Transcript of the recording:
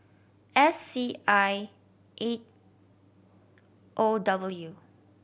S C I eight O W